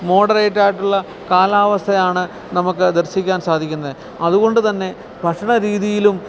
moderate ആയിട്ടുള്ള കാലാവസ്ഥയാണ് നമുക്ക് ദർശിക്കാൻ സാധിക്കുന്നത് അതുകൊണ്ട് തന്നെ ഭക്ഷണരീതിയിലും